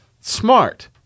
smart